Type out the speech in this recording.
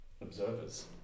observers